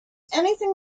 anything